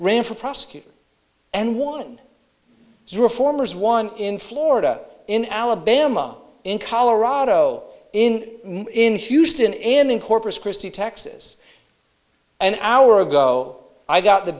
ran for prosecutor and won reformers won in florida in alabama in colorado in in houston in corpus christi texas an hour ago i got the